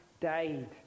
died